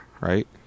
right